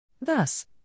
Thus